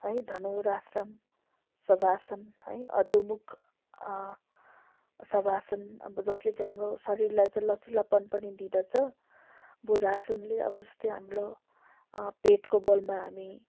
है धनुर आश्रम सभासन है अदुमुख सभासन अब जसले चाहिँ हाम्रो शरीरलाई चाहिँ लचिलापन पनि दिँदछ भुजासनले अब जस्तै हाम्रो पेटको बलमा हामी